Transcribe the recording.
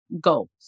goals